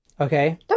okay